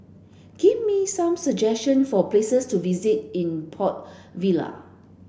give me some suggestion for places to visit in Port Vila